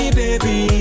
baby